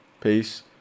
Peace